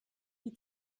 die